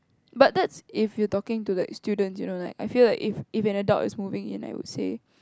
but that's if you talking to like students you know like I feel that if if an adult is moving in I would say